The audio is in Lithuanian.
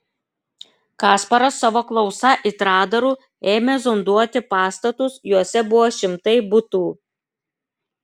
kasparas savo klausa it radaru ėmė zonduoti pastatus juose buvo šimtai butų